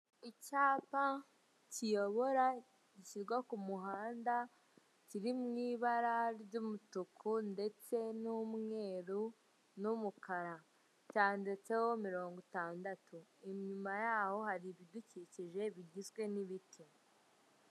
Icyapa kiyobora gishyirwa ku muhanda kiri mu ibara ry'umutuku ndetse n'umweru n'umukara cyanditseho mirongo itandatu inyuma ya ho hari ibidukikije bigizwe n'ibiti.